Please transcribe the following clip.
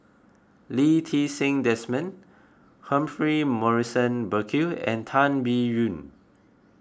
Lee Ti Seng Desmond Humphrey Morrison Burkill and Tan Biyun